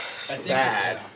Sad